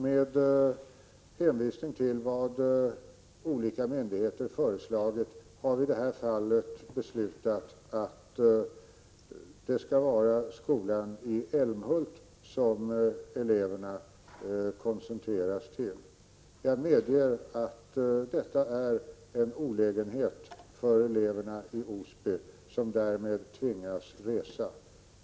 Med hänvisning till vad olika myndigheter föreslagit har vi i det här fallet beslutat att det skall vara skolan i Älmhult som eleverna koncentreras till. Jag medger att detta är en olägenhet för eleverna i Osby, som därmed tvingas resa.